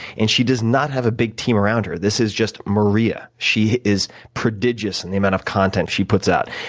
and she does not have a huge team around her. this is just maria. she is prodigious in the amount of content she puts out.